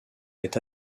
est